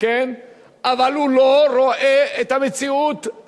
אבל הוא לא רואה את המציאות,